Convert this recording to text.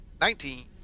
Nineteen